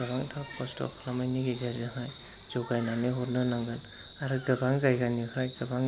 गोबांथार खस्थ' खालामनायनि गेजेरजों जगायनानै हरनो नांगोन आरो गोबां जायगानिफ्राय गोबां